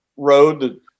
road